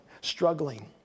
struggling